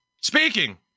Speaking